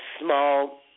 small